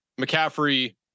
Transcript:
McCaffrey